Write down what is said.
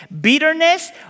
bitterness